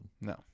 No